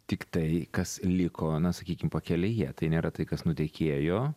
tik tai kas liko na sakykim pakelėje tai nėra tai kas nutekėjo